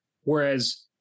whereas